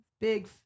Big